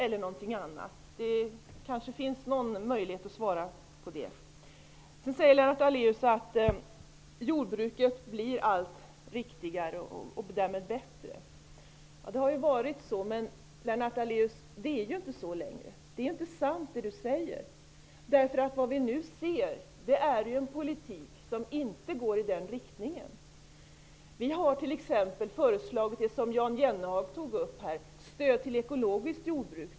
Det finns kanske någon möjlighet att kommentera detta. Lennart Daléus sade att jordbruket blir allt viktigare och därmed bättre. Det har ju varit så, men så är det inte längre. Det som Lennart Daléus säger är inte sant. Vad vi nu ser är en politik som inte går i den riktningen. Vi har t.ex. föreslagit det som Jan Jennehag tog upp, nämligen stöd till ekologiskt jordbruk.